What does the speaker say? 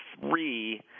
three